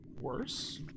worse